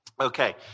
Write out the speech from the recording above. Okay